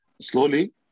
slowly